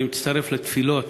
אני מצטרף לתפילות